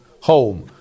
Home